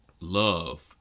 love